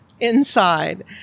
inside